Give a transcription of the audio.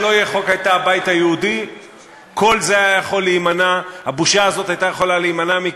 חוק, זה מפלג את העם.